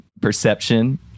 perception